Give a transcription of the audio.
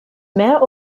mehr